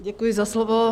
Děkuji za slovo.